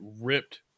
ripped